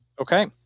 Okay